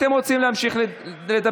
אתן רוצות להמשיך לדבר?